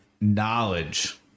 knowledge